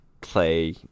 play